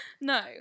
no